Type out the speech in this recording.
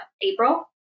April